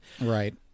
Right